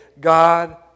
god